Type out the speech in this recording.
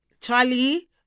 Charlie